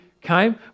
came